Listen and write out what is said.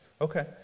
Okay